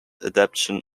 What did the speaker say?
adaption